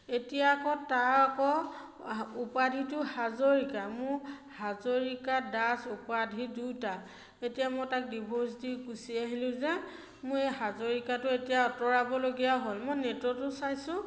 এতিয়া আক তাৰ আকৌ উপাধিটো হাজৰিকা মোৰ হাজৰিকা দাস উপাধি দুটা এতিয়া মই তাক ডিভ'ৰ্চ দি গুচি আহিলোঁ যে মোৰ এই হাজৰিকাটো এতিয়া আঁতৰাবলগীয়া হ'ল মই নেটতো চাইছোঁ